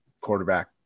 quarterback